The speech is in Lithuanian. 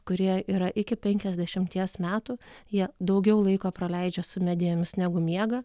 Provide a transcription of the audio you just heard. kurie yra iki penkiasdešimties metų jie daugiau laiko praleidžia su medijomis negu miega